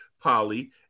Polly